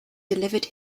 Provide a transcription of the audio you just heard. delivered